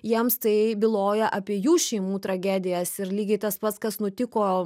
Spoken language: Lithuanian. jiems tai byloja apie jų šeimų tragedijas ir lygiai tas pats kas nutiko